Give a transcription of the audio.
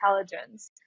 intelligence